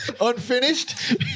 unfinished